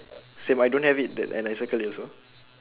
same I don't have it that and I circled it also